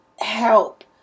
help